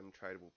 untradable